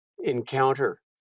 encounter